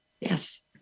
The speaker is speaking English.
Yes